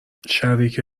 شریک